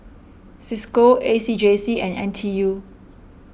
Cisco A C J C and N T U